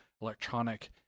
electronic